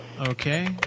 Okay